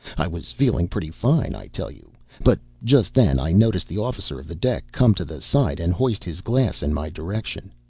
i was feeling pretty fine, i tell you but just then i noticed the officer of the deck come to the side and hoist his glass in my direction.